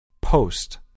Post